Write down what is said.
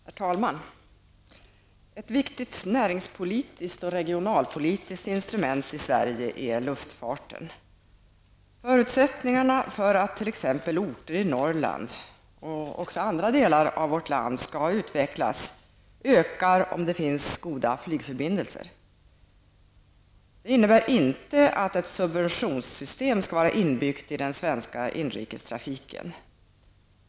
Herr talman! Ett viktigt näringspolitiskt och regionalpolitiskt instrument i Sverige är luftfarten. Förutsättningarna för att t.ex. orter i Norrland och även andra delar av vårt land skall utvecklas ökar, om det finns goda flygförbindelser. Det innebär inte att ett subventionssystem skall vara inbyggt i den svenska inrikestrafiken.